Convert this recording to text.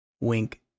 Wink